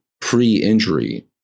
pre-injury